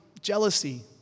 jealousy